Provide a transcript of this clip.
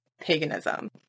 paganism